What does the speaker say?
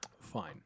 Fine